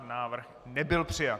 Návrh nebyl přijat.